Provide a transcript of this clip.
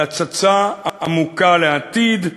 על הצצה עמוקה על העתיד,